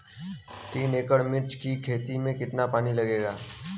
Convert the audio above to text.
तीन एकड़ मिर्च की खेती में कितना पानी लागेला?